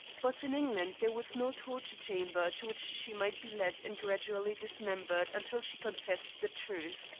but in england there was no torture-chamber to which she might be led and gradually dismembered until she confessed the truth.